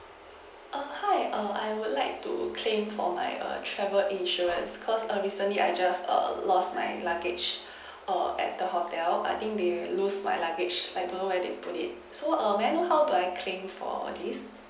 err hi err I would like to claim for my err travel insurance because err recently I just err lost my luggage err at the hotel I think they lose my luggage I don't know where they put it so err may I know how do I claim for this